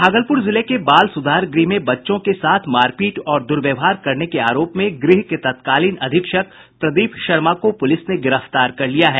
भागलपुर जिले के बाल सुधार गृह में बच्चों के साथ मारपीट और दुर्व्यवहार करने के आरोप में गृह के तत्कालीन अधीक्षक प्रदीप शर्मा को पुलिस ने गिरफ्तार कर लिया है